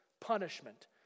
punishment